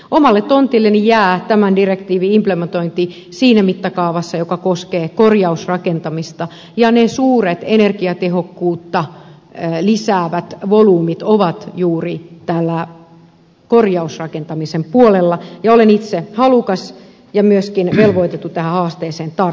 omalle tontilleni jää tämän direktiivin implementointi siinä mittakaavassa joka koskee korjausrakentamista ja ne suuret energiatehokkuutta lisäävät volyymit ovat juuri tällä korjausrakentamisen puolella ja olen itse halukas ja myöskin velvoitettu tähän haasteeseen tarttumaan